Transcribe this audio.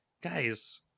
guys